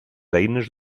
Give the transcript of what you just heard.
eines